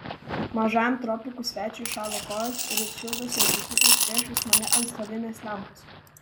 mažajam tropikų svečiui šąla kojos ir jis šildosi atsitūpęs priešais mane ant stalinės lempos